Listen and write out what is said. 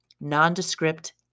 nondescript